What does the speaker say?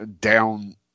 down